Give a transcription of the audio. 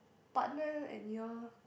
partner and your